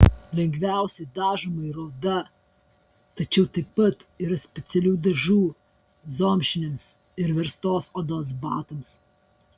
lengviausiai dažoma yra oda tačiau taip pat yra specialių dažų zomšiniams ir verstos odos batams